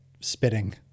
spitting